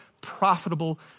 profitable